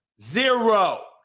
Zero